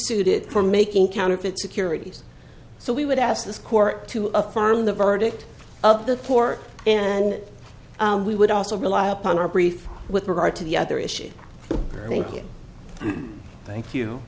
suited for making counterfeit securities so we would ask this court to affirm the verdict of the poor and we would also rely upon our brief with regard to the other issues thank you